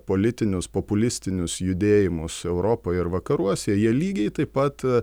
politinius populistinius judėjimus europoj ir vakaruose jie lygiai taip pat